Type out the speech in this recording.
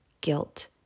guilt